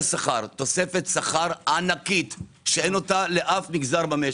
השכר תוספת שכר ענקית שאין אותה לאף מגזר במשק,